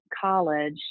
college